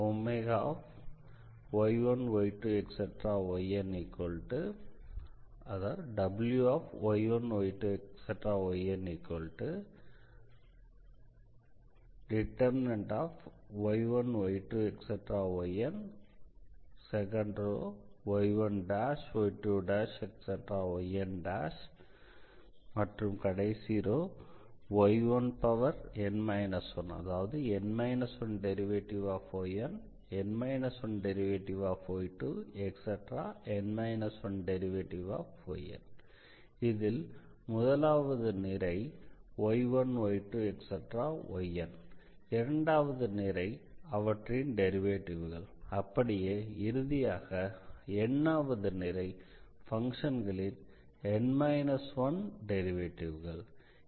இதில் முதலாவது நிரை y1 y2 yn இரண்டாவது நிரை அவற்றின் ஆர்டர் 1 டெரிவேட்டிவ்கள் அப்படியே இறுதியாக n வது நிரை பங்க்ஷன்களின் ஆர்டர் n 1 டெரிவேட்டிவ்கள்